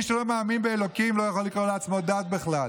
מי שלא מאמין באלוהים לא יכול לקרוא לעצמו דת בכלל.